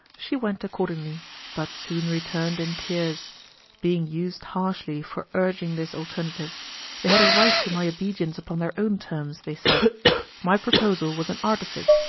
she went accordingly but soon returned in tears being used harshly for urging this alternative they had a right to my obedience upon their own terms, they said my proposal was an artifice,